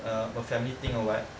uh a family thing or what